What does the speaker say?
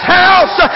house